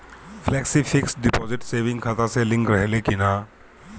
Flexi fix deposit saving खाता से link रहले कि ना?